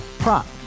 Prop